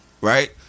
Right